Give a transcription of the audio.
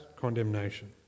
condemnation